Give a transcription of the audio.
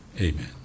amen